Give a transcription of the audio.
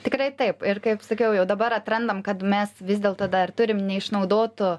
tikrai taip kaip sakiau jau dabar atrandam kad mes vis dėlto dar turim neišnaudotų